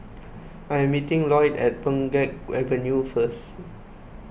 I am meeting Lloyd at Pheng Geck Avenue first